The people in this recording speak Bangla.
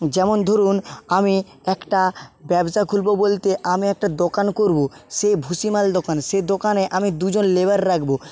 যেমন ধরুন আমি একটা ব্যবসা খুলব বলতে আমি একটা দোকান করব সে ভুসিমাল দোকান সে দোকানে আমি দুজন লেবার রাখব